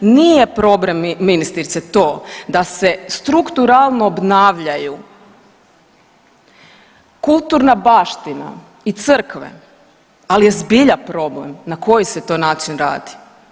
Nije problem ministrice to da se strukturalno obnavljaju kulturna baština i crkve, ali je zbilja problem na koji se to način radi.